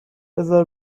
بذار